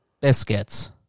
biscuits